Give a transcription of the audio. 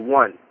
one